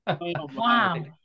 Wow